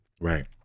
Right